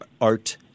Art